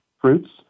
fruits